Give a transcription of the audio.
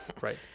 Right